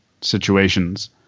situations